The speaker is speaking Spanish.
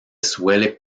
suele